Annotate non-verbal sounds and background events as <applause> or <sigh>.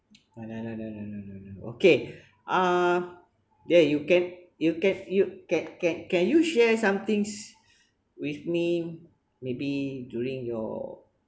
ah no no no no no no okay <breath> ah dear you can you can you can can can you share some things with me maybe during your